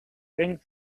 ring